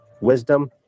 wisdom